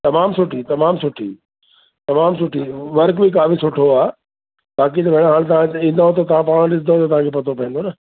तमामु सुठी तमामु सुठी तमामु सुठी वर्क बि काफ़ी सुठो आहे बाक़ी त व हाणे हिते ईंदव त तव्हां ॾिसिदव त तव्हांखे पतो पवंदो न